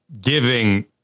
giving